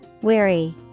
Weary